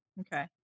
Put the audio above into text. okay